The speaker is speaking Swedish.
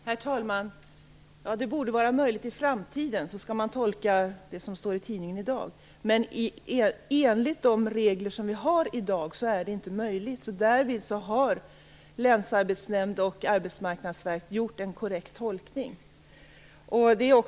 Herr talman! Mina uttalanden i tidningen i dag skall tolkas som att jag menar att detta borde vara möjligt i framtiden. Men enligt de regler vi har i dag är detta inte möjligt, så därvidlag har länsarbetsnämnd och arbetsmarknadsverk gjort en korrekt tolkning.